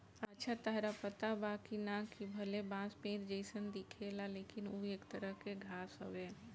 अच्छा ताहरा पता बा की ना, कि भले बांस पेड़ जइसन दिखेला लेकिन उ एक तरह के घास हवे